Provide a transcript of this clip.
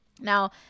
Now